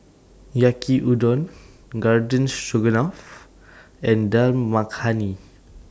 Yaki Udon Garden Stroganoff and Dal Makhani